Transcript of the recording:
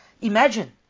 Imagine